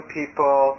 people